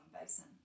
Basin